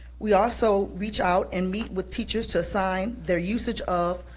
we also reach out and meet with teachers to assign their usage of,